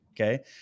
okay